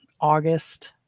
august